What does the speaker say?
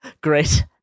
Great